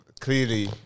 Clearly